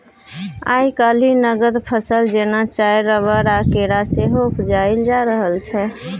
आइ काल्हि नगद फसल जेना चाय, रबर आ केरा सेहो उपजाएल जा रहल छै